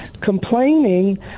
complaining